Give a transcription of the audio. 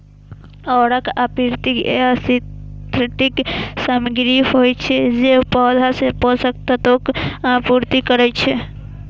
उर्वरक प्राकृतिक या सिंथेटिक सामग्री होइ छै, जे पौधा मे पोषक तत्वक आपूर्ति करै छै